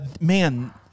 man